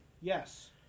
Yes